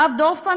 הרב דורפמן,